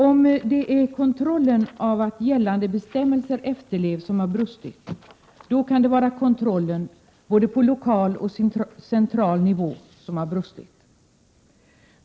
Om det är kontrollen av att gällande bestämmelser efterlevs som har brustit, kan det vara kontrollen både på lokal och på central nivå som har brustit.